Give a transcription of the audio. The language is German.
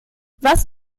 was